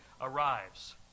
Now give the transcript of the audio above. arrives